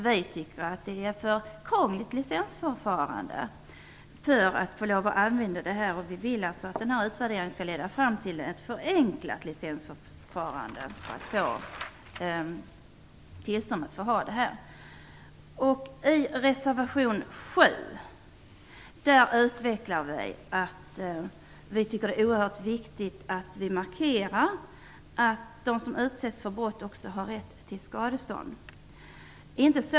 Vi tycker att licensförfarandet är för krångligt. Vi vill alltså att utvärderingen skall leda fram till ett förenklat licensförfarande för tillstånd att använda pepparsprej. I reservation 7 utvecklar vi att det är oerhört viktigt att markera att de som utsätts för brott har rätt till skadestånd.